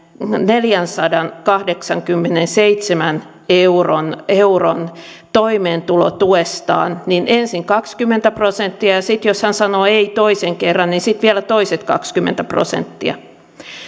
neljänsadankahdeksankymmenenseitsemän euron euron toimeentulotuestaan ensin kaksikymmentä prosenttia ja ja sitten jos hän sanoo ei toisen kerran niin sitten vielä toiset kaksikymmentä prosenttia